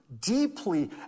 deeply